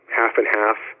half-and-half